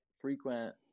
frequent